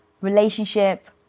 relationship